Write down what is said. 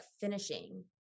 finishing